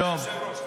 סגור.